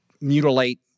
mutilate